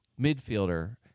midfielder